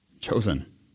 chosen